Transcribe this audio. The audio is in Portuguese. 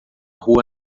rua